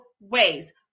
ways